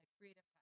creative